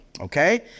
Okay